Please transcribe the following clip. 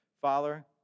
Father